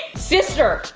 sister,